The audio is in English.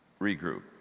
regroup